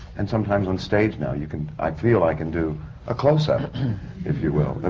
and sometimes on stage now, you can. i feel i can do a closeup if you will. ah